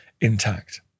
intact